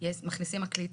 מכניסים מקליט.